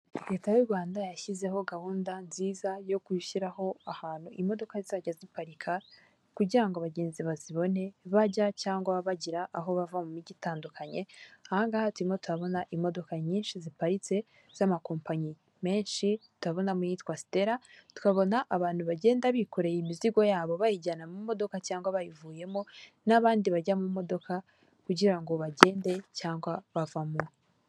Leta y'u Rwanda yashyizeho gahunda nziza yo gushyiraho ahantu imodoka zizajya ziparika kugira ngo abagenzi bazibone bajya cyangwa bagira aho bava mu mijyi itandukanye, aha ngaha turimo turabona imodoka nyinshi ziparitse z'amakompanyi menshi turabonamo iyitwa Sitera tukabona abantu bagenda bikoreye imizigo yabo bayijyana mu modoka cyangwa bayivuyemo n'abandi bajya mu modoka kugira ngo bagende cyangwa bavamo.